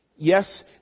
Yes